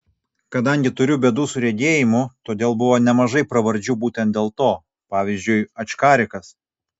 kadangi turiu bėdų su regėjimu todėl buvo nemažai pravardžių būtent dėl to pavyzdžiui ačkarikas